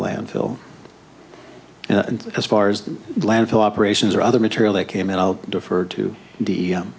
landfill and as far as the landfill operations or other material that came in i'll defer to the